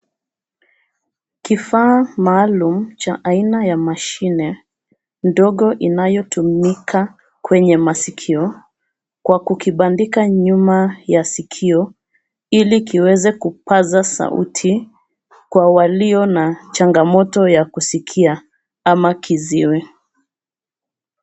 Kifaa maalum cha aina ya mashine ndogo inayotumika kwenye masikio, kwa kukibandika nyuma ya sikio ili kiweze kupaza sauti kwa walio na changamoto ya kusikia ama kiziwi.